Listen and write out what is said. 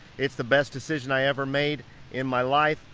it's the best decision i ever made in my life.